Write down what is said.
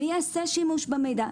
מי יעשה שימוש במידע.